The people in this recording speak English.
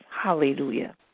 Hallelujah